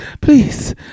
please